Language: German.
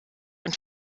und